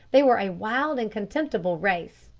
they were a wild and contemptible race,